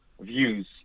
views